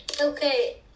Okay